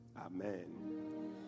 Amen